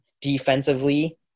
Defensively